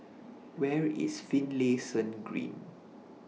Where IS Finlayson Green